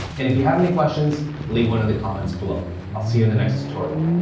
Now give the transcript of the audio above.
and if you have any questions, leave one in the comments below. i'll see you in the next tutorial.